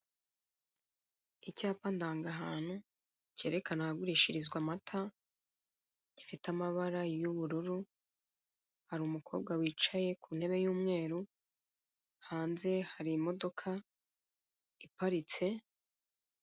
Icyapa ndangahantu, cyerekana ahagurishirizwa amata, gifite amabara y'ubururu, hari umukobwa wicaye ku ntebe y'umweru, hanze hari imodoka iparitse.